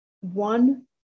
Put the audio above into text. one